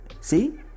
See